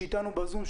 שנמצא איתנו בזום,